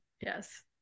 Yes